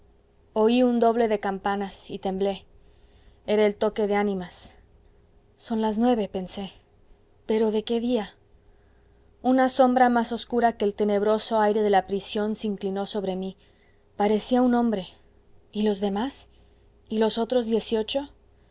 oí un doble de campanas y temblé era el toque de animas son las nueve pensé pero de qué día una sombra más obscura que el tenebroso aire de la prisión se inclinó sobre mí parecía un hombre y los demás y los otros